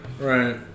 Right